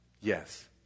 Yes